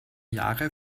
jahre